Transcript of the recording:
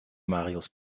marius